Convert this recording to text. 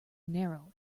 narrow